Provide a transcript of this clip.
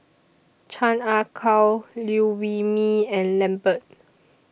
Chan Ah Kow Liew Wee Mee and Lambert